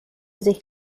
sich